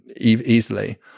easily